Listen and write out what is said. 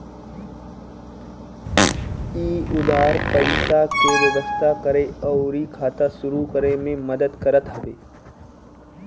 इ उधार पईसा के व्यवस्था करे अउरी खाता शुरू करे में मदद करत हवे